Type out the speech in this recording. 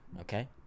okay